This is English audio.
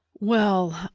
well,